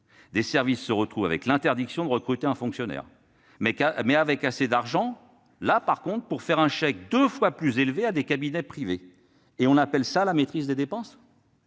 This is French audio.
Des services se retrouvent avec l'interdiction de recruter un fonctionnaire, mais avec assez d'argent pour faire un chèque deux fois plus élevé à des cabinets privés. On appelle cela la « maîtrise des dépenses »